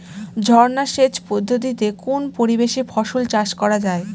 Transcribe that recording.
ঝর্না সেচ পদ্ধতিতে কোন পরিবেশে ফসল চাষ করা যায়?